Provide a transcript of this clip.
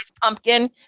pumpkin